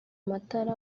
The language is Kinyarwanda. matara